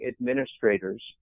administrators